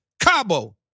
Cabo